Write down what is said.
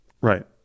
Right